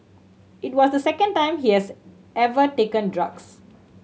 it was the second time she has ever taken drugs